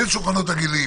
אין שולחנות עגולים?